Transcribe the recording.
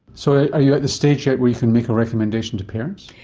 so are you at the stage yet where you can make a recommendation to parents?